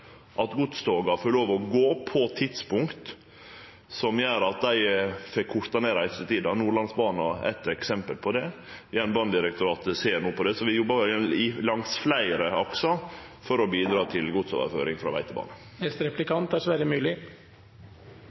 at godstoga får lov å gå på tidspunkt som gjer at dei får korta ned reisetida. Nordlandsbana er eit eksempel på det. Jernbanedirektoratet ser på det no, så vi jobbar langs fleire aksar for å bidra til godsoverføring frå